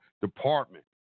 department